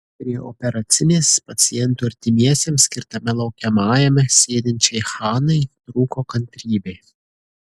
prie operacinės pacientų artimiesiems skirtame laukiamajame sėdinčiai hanai trūko kantrybė